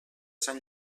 sant